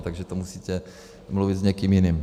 Takže to musíte mluvit s někým jiným.